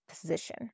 position